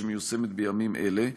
שמיושמת בימים אלה.